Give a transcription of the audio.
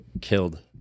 killed